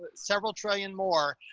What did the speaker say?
ah several trillion more.